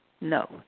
No